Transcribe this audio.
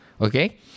okay